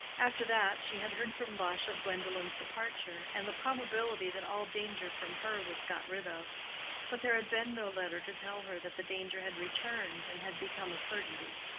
after that, she had heard from lush of gwendolen's departure, and the probability that all danger from her was got rid of but there had been no letter to tell her that the danger had returned and had become a certainty.